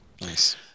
Nice